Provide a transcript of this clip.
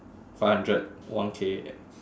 five hundred one K